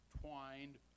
twined